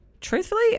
truthfully